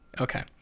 Okay